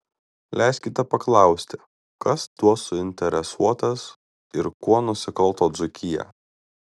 leiskite paklausti kas tuo suinteresuotas ir kuo nusikalto dzūkija